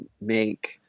make